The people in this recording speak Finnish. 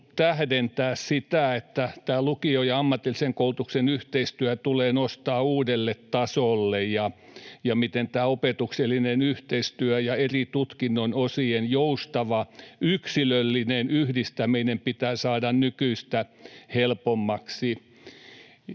tähdentää sitä, että tämä lukion ja ammatillisen koulutuksen yhteistyö tulee nostaa uudelle tasolle, ja miten tämä opetuksellinen yhteistyö ja eri tutkinnon osien joustava yksilöllinen yhdistäminen pitää saada nykyistä helpommaksi.